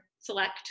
select